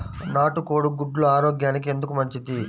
నాటు కోడి గుడ్లు ఆరోగ్యానికి ఎందుకు మంచిది?